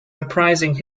reprising